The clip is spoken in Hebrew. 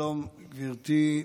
שלום, גברתי.